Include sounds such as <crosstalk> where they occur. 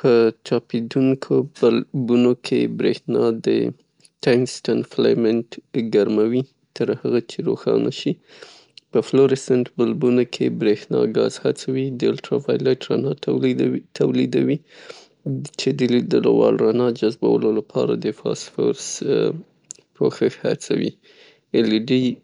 په ټاپیدونکو بلبونو <unintelligible> کې بریښنا د ټینګستن فلیمنټ ګرموي تر هغه چې روښانه شي. په فلورسینت پلبونو <unintelligible> کې بریښنا ګاز هڅوي د الټروفایلترو تولیدوي، چه د لیدولو وړ رڼا جذبولو لپاره فاسفورس پوښښ هڅوي، ال اې ډي. <unintelligible>